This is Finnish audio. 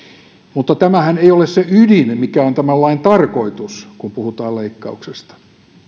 mutta tämähän ei ole se ydin mikä on tämän lain tarkoitus kun puhutaan leikkauksesta me